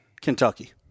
Kentucky